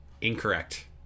Incorrect